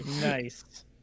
Nice